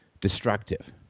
destructive